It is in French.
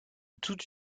toute